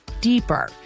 deeper